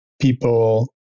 people